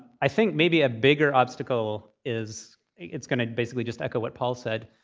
i think maybe a bigger obstacle is it's going to basically just echo what paul said,